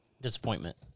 disappointment